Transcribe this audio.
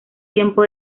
tiempo